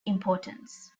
importance